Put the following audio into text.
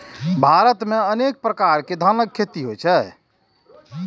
भारत मे अनेक प्रकार के धानक खेती होइ छै